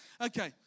okay